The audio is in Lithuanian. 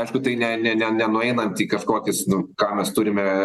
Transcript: aišku tai ne ne ne nenueinant į kažkokis nu ką mes turime